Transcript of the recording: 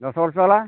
ଦଶ ବର୍ଷ ହେଲା